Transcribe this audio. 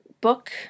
book